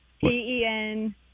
P-E-N